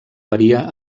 varia